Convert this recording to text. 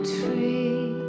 tree